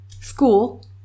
school